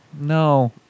No